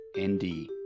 ND